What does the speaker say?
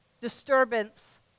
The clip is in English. disturbance